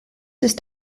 ist